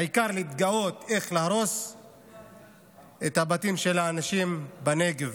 העיקר להתגאות על הרס הבתים של האנשים בנגב.